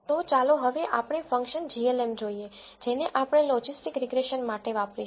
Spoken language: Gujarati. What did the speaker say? તો ચાલો હવે આપણે ફંક્શન glm જોઈએ જેને આપણે લોજિસ્ટિક રીગ્રેસન માટે વાપરીશું